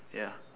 ya